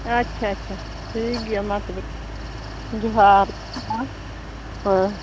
ᱟᱪᱷᱟ ᱟᱪᱷᱟ ᱴᱷᱤᱠ ᱜᱮᱭᱟ ᱢᱟ ᱛᱚᱵᱮ ᱡᱚᱦᱟᱨ